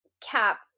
Cap